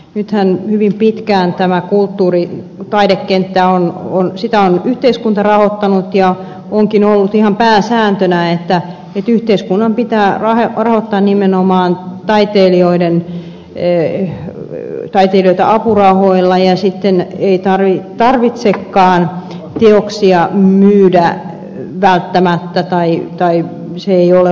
nythän hyvin pitkään on yhteiskunta rahoittanut kulttuuri ja taidekenttää ja onkin ollut ihan pääsääntönä että yhteiskunnan pitää rahoittaa nimenomaan taiteilijoita apurahoilla eikä tarvitsekaan välttämättä myydä teoksia tai se ei ole ollut varsinainen tavoite